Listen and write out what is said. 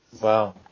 Wow